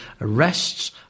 Arrests